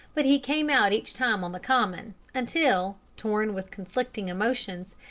but he came out each time on the common, until, torn with conflicting emotions,